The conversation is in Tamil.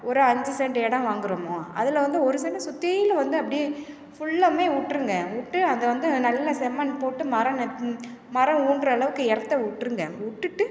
ஒரு அஞ்சு செண்ட் எடம் வாங்குறோமோ அதில் வந்து ஒரு செண்டு சுற்றிலும் வந்து அப்படியே ஃபுல்லாவே விட்ருங்க விட்டு அங்கே வந்து நல்ல செம்மண் போட்டு மரம் ந மரம் ஊன்றுற அளவுக்கு இடத்த விட்ருங்க விட்டுட்டு